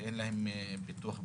ואין להם ביטוח בריאות.